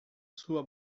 sua